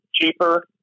cheaper